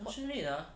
什么